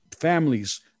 families